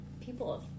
people